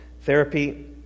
therapy